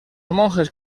monjes